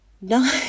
no